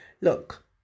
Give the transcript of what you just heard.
look